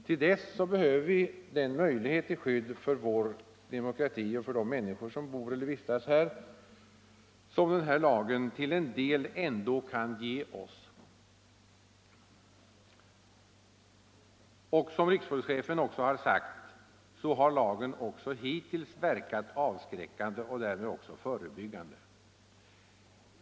Till dess behöver vi den möjlighet till skydd för vår demokrati och för de människor som bor eller vistas här som denna lag till en del ändå kan ge oss. Som rikspolischefen har sagt har lagen också hittills verkat avskräckande och därmed förebyggande.